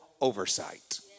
oversight